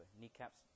kneecaps